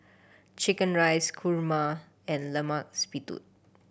chicken rice kurma and Lemak Siput